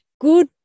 good